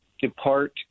depart